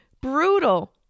Brutal